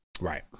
Right